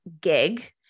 gig